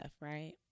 right